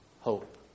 hope